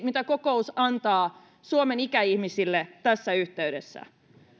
mitä kokoomus antaa suomen ikäihmisille tässä yhteydessä